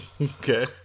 Okay